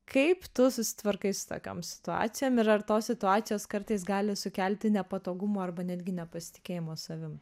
kaip tu susitvarkai su tokiom situacijom ir ar tos situacijos kartais gali sukelti nepatogumų arba netgi nepasitikėjimo savim